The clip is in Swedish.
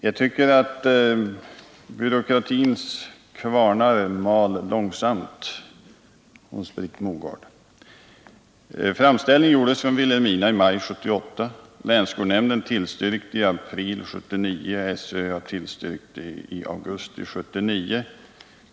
Jag tycker att byråkratins kvarnar mal långsamt hos Britt Mogård. Framställningen gjordes från Vilhelmina i maj 1978. Länsskolnämnden tillstyrkte i april 1979, och SÖ tillstyrkte i augusti 1979.